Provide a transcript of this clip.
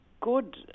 good